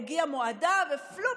יגיע מועדה ופלופ,